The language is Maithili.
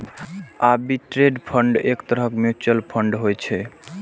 आर्बिट्रेज फंड एक तरहक म्यूचुअल फंड होइ छै